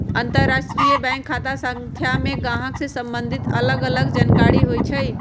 अंतरराष्ट्रीय बैंक खता संख्या में गाहक से सम्बंधित अलग अलग जानकारि होइ छइ